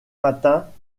matins